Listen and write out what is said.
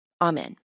Amen